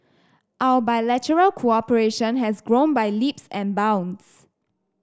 our bilateral cooperation has grown by leaps and bounds